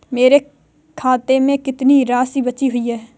मेरे खाते में कितनी राशि बची हुई है?